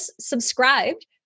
subscribed